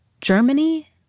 Germany